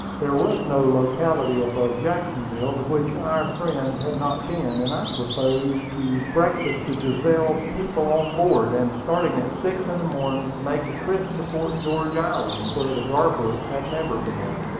there was no locality above jacksonville to which our friends had not been and i proposed to breakfast the gazelle's people on board, and starting at six in the morning make a trip to fort george island, where the garbrooks had never been,